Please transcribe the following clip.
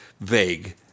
vague